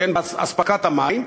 אספקת המים.